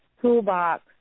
toolbox